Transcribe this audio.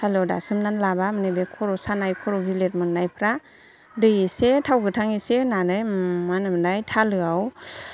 थालोआव दासोमनानै लाबा बे खर' सानाय खर' गिलिर मोननायफ्रा दै एसे थाव गोथां एसे होनानै मा होनोमोनलाय थालोआव